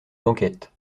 banquette